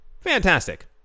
Fantastic